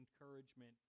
encouragement